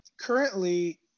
currently